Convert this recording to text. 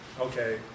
okay